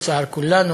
לצער כולנו,